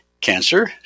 cancer